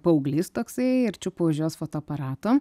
paauglys toksai ir čiupo už jos fotoaparato